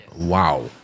wow